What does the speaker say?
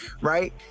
Right